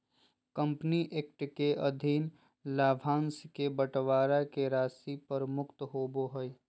company act के अधीन लाभांश के बंटवारा के राशि कर मुक्त होबो हइ